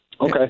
okay